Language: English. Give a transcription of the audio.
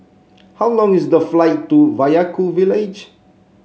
how long is the flight to Vaiaku village